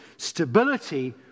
Stability